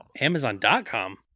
Amazon.com